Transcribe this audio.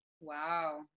Wow